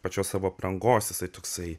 pačios savo aprangos jisai toksai